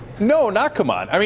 no, not come on. i mean